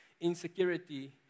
insecurity